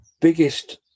biggest